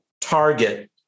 Target